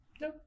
No